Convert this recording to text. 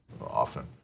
often